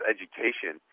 Education